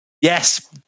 Yes